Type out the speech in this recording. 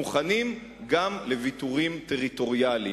מוכנים גם לוויתורים טריטוריאליים.